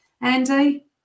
Andy